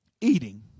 eating